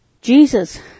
Jesus